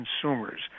consumers